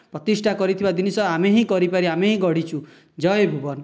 ପ୍ରତିଷ୍ଠା କରିଥିବା ଜିନିଷ ଆମେ ହିଁ କରିପାରୁ ଆମେ ହିଁ ଗଢ଼ିଛୁ ଜୟ ଭୁବନ